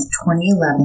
2011